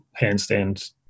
handstand